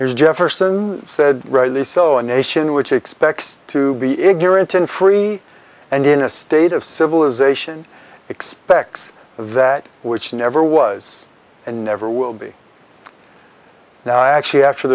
here's jefferson said rightly so a nation which expects to be ignorant and free and in a state of civilization expects that which never was and never will be now actually after